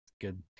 Good